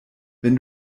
wenn